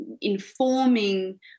informing